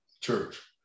church